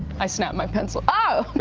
i snap my pencil. oh,